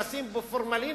לשים בפורמלין,